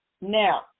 Now